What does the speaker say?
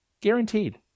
Guaranteed